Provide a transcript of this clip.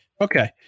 Okay